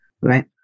Right